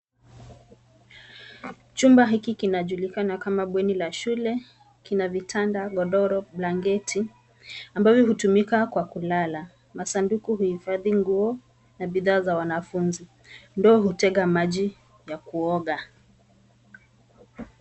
Chumba hiki kinajulikana kama bweni la shule. Kina vitanda, godoro, blanketi, ambavyo hutumika kwa kulala. Masanduku huhifadhi nguo na bidhaa za wanafunzi, ndoo hutega maji ya kuoga.